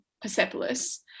Persepolis